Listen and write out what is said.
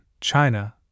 China